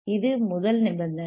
இது முதல் நிபந்தனை